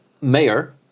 mayor